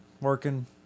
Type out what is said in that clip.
working